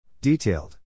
Detailed